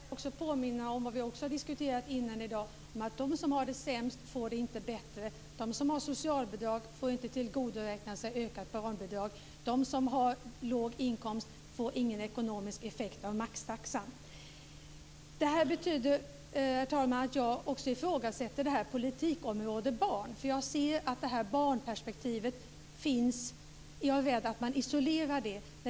Herr talman! Då kan jag också påminna om vad vi har diskuterat tidigare i dag, nämligen att de som har det sämst inte får det bättre. De som har socialbidrag får inte tillgodoräkna sig ökat barnbidrag. De som har låg inkomst får ingen ekonomisk effekt av maxtaxan. Det betyder, herr talman, att jag också ifrågasätter politikområde barn. Jag är rädd att man isolerar barnperspektivet.